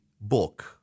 book